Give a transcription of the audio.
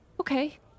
Okay